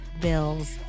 Bill's